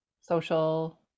social